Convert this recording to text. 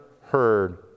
heard